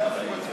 ההצעה להסיר